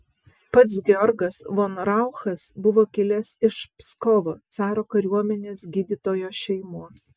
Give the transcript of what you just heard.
pats georgas von rauchas buvo kilęs iš pskovo caro kariuomenės gydytojo šeimos